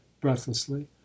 breathlessly